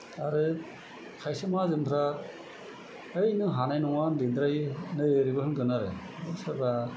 आरो खायसे माहाजोनफ्रा ऐ नों हानाय नङा ओन्दैद्राय नै ओरैबो होनगोन आरो सोरबा